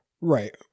Right